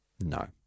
no